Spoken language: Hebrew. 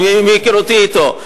מהיכרותי אתו.